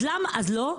אז לא?